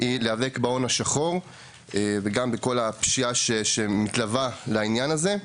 היא להיאבק בהון השחור וגם בכל הפשיעה שמתלווה לעניין הזה.